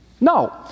No